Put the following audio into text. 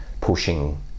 pushing